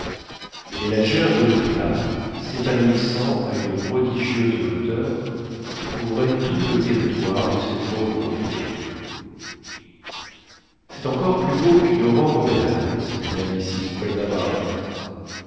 mais la gerbe de flammes s'épanouissant à une prodigieuse hauteur couvrait tout le territoire de ses fauves reflets c'est encore plus beau qu'une aurore boréale s'écria mrs paulina barnett